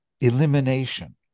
elimination